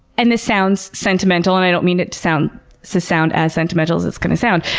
and this sounds sentimental and i don't mean it to sound so sound as sentimental as it's going to sound,